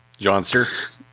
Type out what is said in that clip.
Johnster